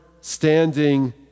standing